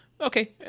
okay